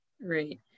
right